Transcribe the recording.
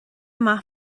maith